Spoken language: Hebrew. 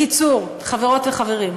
בקיצור, חברות וחברים,